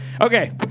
Okay